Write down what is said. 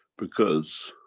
because,